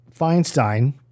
Feinstein